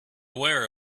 aware